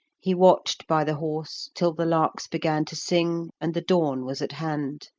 he watched by the horse till the larks began to sing and the dawn was at hand.